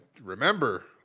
Remember